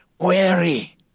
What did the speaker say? Weary